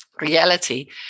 reality